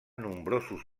nombrosos